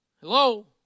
Hello